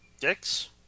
Dick's